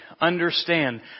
understand